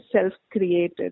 self-created